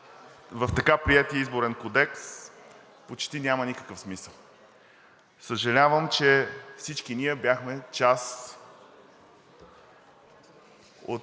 в така приетия Изборен кодекс почти няма никакъв смисъл. Съжалявам, че всички ние бяхме част от